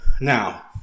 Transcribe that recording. Now